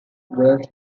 was